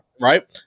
right